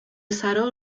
saro